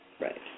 right